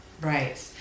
Right